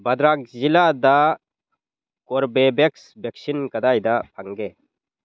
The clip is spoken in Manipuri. ꯕꯥꯗ꯭ꯔꯥꯛ ꯖꯤꯜꯂꯥꯗ ꯀꯣꯔꯕꯦꯕꯦꯛꯁ ꯚꯦꯛꯁꯤꯟ ꯀꯗꯥꯏꯗ ꯐꯪꯒꯦ